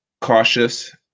cautious